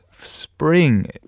spring